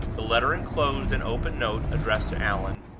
the letter inclosed an open note addressed to allan,